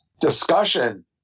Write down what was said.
discussion